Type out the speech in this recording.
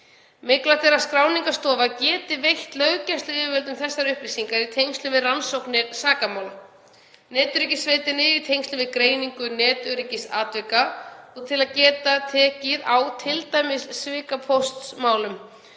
Mikilvægt er að skráningarstofa geti veitt löggæsluyfirvöldum þessar upplýsingar í tengslum við rannsóknir sakamála, netöryggissveitinni í tengslum við greiningu netöryggisatvika og til að geta tekið á t.d. svikapóstsmálum.